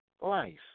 life